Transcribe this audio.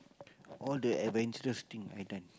all the adventurous thing I done